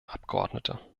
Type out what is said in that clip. abgeordnete